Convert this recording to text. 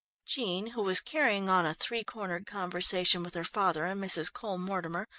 jean, who was carrying on a three-cornered conversation with her father and mrs. cole-mortimer,